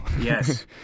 yes